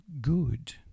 good